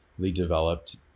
developed